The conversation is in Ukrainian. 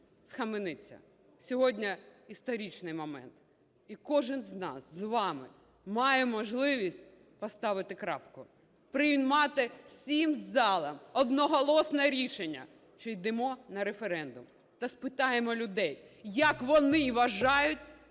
Схаменіться, сьогодні історичний момент, і кожен з нас з вами має можливість поставити крапку, приймати всім залом одноголосне рішення, що йдемо на референдум та спитаємо людей, як вони вважають